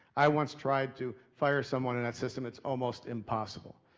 i once tried to fire someone in that system it's almost impossible.